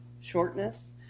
shortness